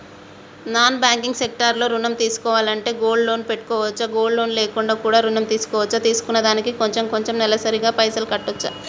Non banking sector లో ఋణం తీసుకోవాలంటే గోల్డ్ లోన్ పెట్టుకోవచ్చా? గోల్డ్ లోన్ లేకుండా కూడా ఋణం తీసుకోవచ్చా? తీసుకున్న దానికి కొంచెం కొంచెం నెలసరి గా పైసలు కట్టొచ్చా?